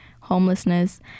homelessness